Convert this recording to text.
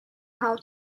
how